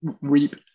Reap